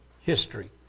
history